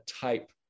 type